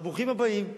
אבל ברוכים הבאים.